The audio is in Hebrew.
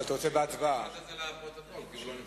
נעביר את זה לפרוטוקול, כי הוא לא נמצא.